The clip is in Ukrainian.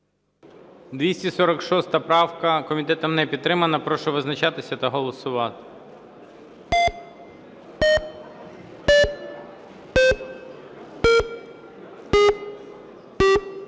278 правку. Комітетом не підтримана. Прошу визначатися та голосувати.